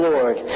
Lord